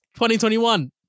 2021